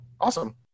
Awesome